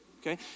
Okay